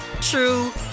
true